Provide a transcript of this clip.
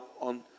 on